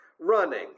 running